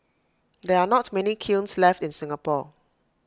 there are not many kilns left in Singapore